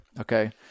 okay